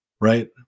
right